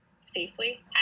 safely